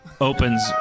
opens